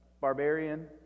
Barbarian